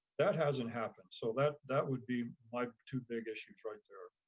that hasn't happened. so that that would be my two big issues right there.